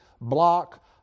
block